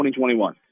2021